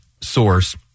source